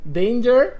danger